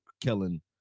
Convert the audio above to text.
Kellen